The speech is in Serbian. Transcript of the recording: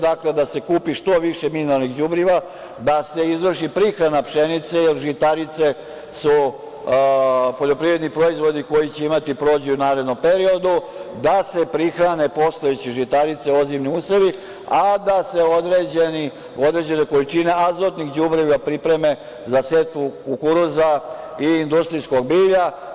Dakle, da se kupi što više mineralnih đubriva, da se izvrši prihrana pšenice, jer žitarice su poljoprivredni proizvodi koji će imati prođu u narednom periodu, da se prihrane postojeće žitarice, ozime usevi, a da se određene količine azotnih đubriva pripreme za setvu kukuruza i industrijskog bilja.